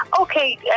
Okay